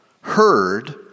heard